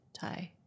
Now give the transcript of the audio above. tie